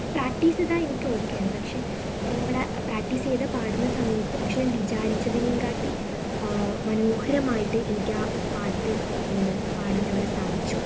practice ചെയ്താൽ എനിക്ക് okay ആണ് പക്ഷെ ഞാൻ അവിടെ പ്രാക്ടീസ് ചെയ്താൽ പാടുന്ന സമയത്ത് പക്ഷെ ഞാൻ വിചാരിച്ചതിനെയും കാട്ടി മനോഹരമായിട്ട് എനിക്ക് ആ പാട്ട് പാടാൻ അവിടെ സാധിച്ചു